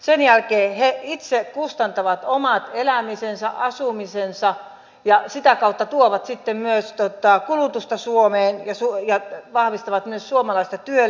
sen jälkeen he itse kustantavat omat elämisensä asumisensa ja sitä kautta tuovat sitten myös kulutusta suomeen ja vahvistavat myös suomalaista työllisyyttä